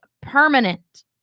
permanent